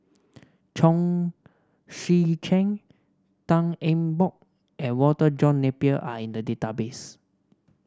Chong Tze Chien Tan Eng Bock and Walter John Napier are in the database